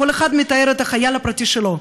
כל אחד מתאר את החייל הפרטי שלו,